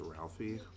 Ralphie